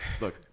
look